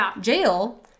jail